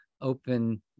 open